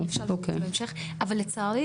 אבל לצערי,